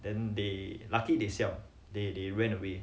then they lucky they sell they they ran away